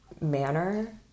manner